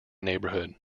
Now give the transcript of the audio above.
neighborhood